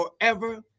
forever